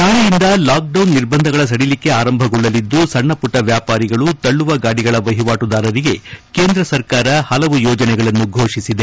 ನಾಳೆಯಿಂದ ಲಾಕ್ಡೌನ್ ನಿರ್ಬಂಧಗಳ ಸಡಿಲಿಕೆ ಆರಂಭಗೊಳ್ಳಲಿದ್ದು ಸಣ್ಣ ಪುಟ್ಟ ವ್ಯಾಪಾರಿಗಳು ತಳ್ಳುವ ಗಾಡಿಗಳ ವಹಿವಾಟುದಾರರಿಗೆ ಕೇಂದ್ರ ಸರ್ಕಾರ ಪಲವು ಯೋಜನೆಗಳನ್ನು ಫೋಷಿಸಿದೆ